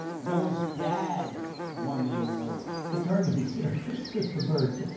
noah's dad won the award. it's hard to be serious with the bird.